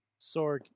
Sorg